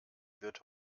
wird